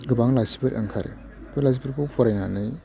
गोबां लाइसिफोर ओंखारो बे लाइसिफोरखौ फरायनानै